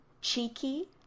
Cheeky